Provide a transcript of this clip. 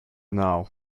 now